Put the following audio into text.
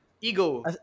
ego